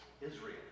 Israel